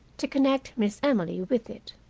to connect miss emily with it.